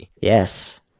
Yes